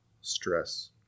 stress